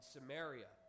Samaria